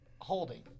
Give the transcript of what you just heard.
holding